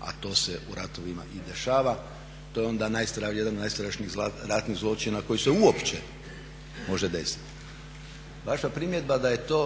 a to se u ratovima i dešava to je onda jedan od najstrašnijih ratnih zločina koji se uopće može desiti. Vaša primjedba da je to